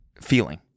feeling